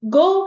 go